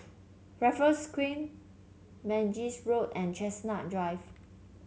Raffles Quay Mangis Road and Chestnut Drive